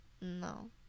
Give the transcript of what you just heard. No